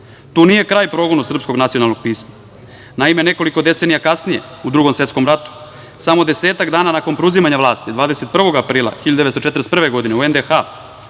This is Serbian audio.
nije kraj progonu srpskog nacionalnog pisma. Naime, nekoliko decenija kasnije, u Drugom svetskom ratu, samo desetak dana nakon preuzimanja vlasti, 21. aprila 1941. godine u NDH,